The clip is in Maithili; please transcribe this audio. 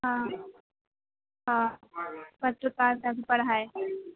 हँ हँ पत्रकारिताके पढ़ाइ